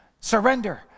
Surrender